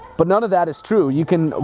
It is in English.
but none of that is true, you can,